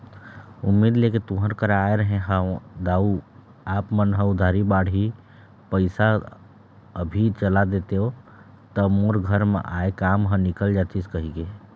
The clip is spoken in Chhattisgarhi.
उम्मीद लेके तुँहर करा आय रहें हँव दाऊ आप मन ह उधारी बाड़ही पइसा अभी चला देतेव त मोर घर म आय काम ह निकल जतिस कहिके